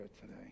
today